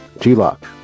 G-Lock